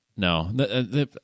No